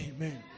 Amen